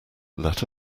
let